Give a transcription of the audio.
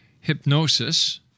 hypnosis